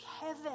heaven